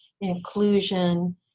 inclusion